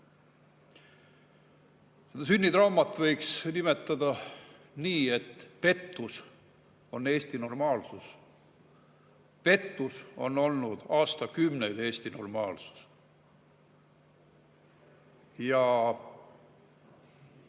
Seda sünnitraumat võiks nimetada nii, et pettus on Eesti normaalsus. Pettus on olnud aastakümneid Eesti normaalsus. Kui